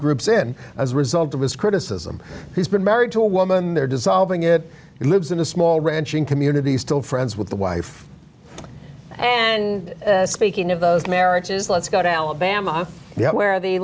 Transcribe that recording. groups in as a result of his criticism he's been married to a woman in their dissolving it lives in a small ranching community still friends with the wife and speaking of those marriages let's go to alabama where the